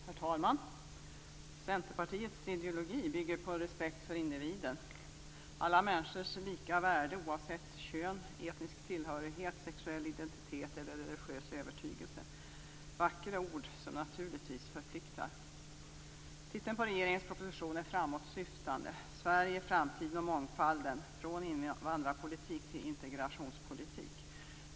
Herr talman! Centerpartiets ideologi bygger på respekt för individen och på alla människors lika värde oavsett kön, etnisk tillhörighet, sexuell identitet och religiös övertygelse. Det är vackra ord som naturligtvis förpliktar. Titeln på regeringens proposition är framåtsyftande: Sverige, framtiden och mångfalden - från invandrarpolitik till integrationspolitik.